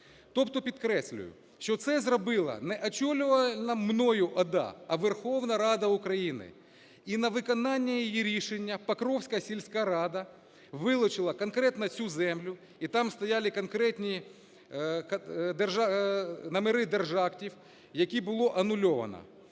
Тобто підкреслюю, що це зробила не очолювана мною ОДА, а Верховна Рада України. І на виконання її рішення Покровська сільська рада вилучила конкретно цю землю, і там стояли конкретні номери держактів, які було анульовано.